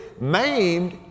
maimed